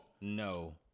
No